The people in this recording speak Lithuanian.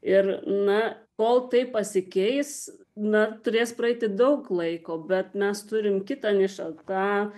ir na kol tai pasikeis na turės praeiti daug laiko bet mes turim kitą nišą tą